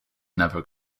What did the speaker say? never